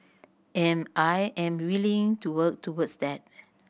and I am willing to work towards that